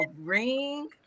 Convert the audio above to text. ring